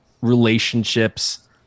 relationships